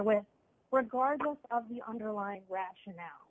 with regardless of the underlying rationale